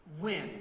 win